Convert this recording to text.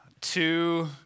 Two